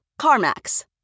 CarMax